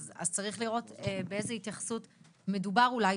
אז צריך לראות באיזו התייחסות מדובר אולי,